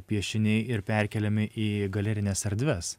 piešiniai ir perkeliami į galerines erdves